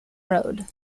road